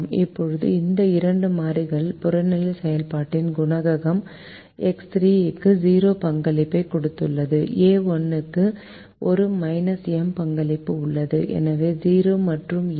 இப்போது இந்த இரண்டு மாறிகளின் புறநிலை செயல்பாடு குணகம் எக்ஸ் 3 க்கு 0 பங்களிப்பைக் கொண்டுள்ளது ஏ 1 க்கு ஒரு M பங்களிப்பு உள்ளது எனவே 0 மற்றும் எம்